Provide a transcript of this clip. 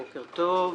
בוקר טוב,